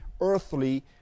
earthly